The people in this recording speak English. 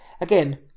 Again